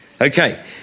Okay